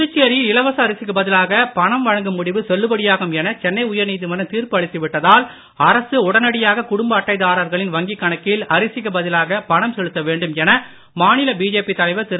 புதுச்சேரியில் இலவச அரசிக்கு பதிலாக பணம் வழங்கும் முடிவு செல்லுபடியாகும் என சென்னை உயர் நீதிமன்றம் தீர்ப்பு அளித்து விட்டதால் அரசு உடனடியாக குடும்ப அட்டைதாரர்களின் வங்கிக் கணக்கில் அரசிக்கு பதிலாக பணம் செலுத்த வேண்டும் என மாநில பிஜேபி தலைவர் திரு